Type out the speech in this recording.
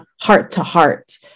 heart-to-heart